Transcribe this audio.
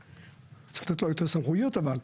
צריך לתת לו יותר סמכויות אבל.